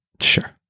sure